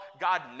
God